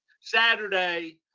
Saturday